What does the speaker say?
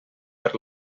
per